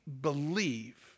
believe